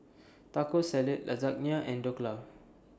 Taco Salad Lasagna and Dhokla